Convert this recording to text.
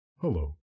Hello